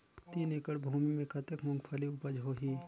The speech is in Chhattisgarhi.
तीन एकड़ भूमि मे कतेक मुंगफली उपज होही?